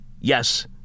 Yes